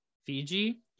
fiji